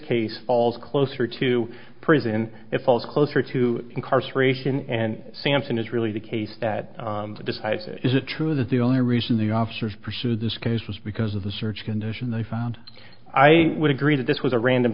case falls closer to prison if i was closer to incarceration and sampson is really the case that despite is it true that the only reason the officers pursued this case was because of the search condition they found i would agree that this was a random